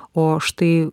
o štai